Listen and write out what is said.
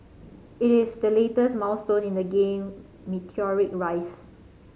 it is the latest milestone in the game meteoric rise